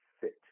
fit